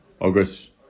August